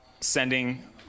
sending